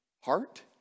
heart